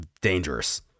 dangerous